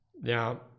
now